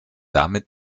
damit